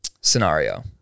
scenario